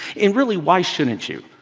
and really why shouldn't you?